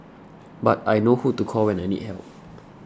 but I know who to call when I need help